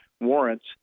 warrants